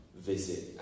visit